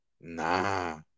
Nah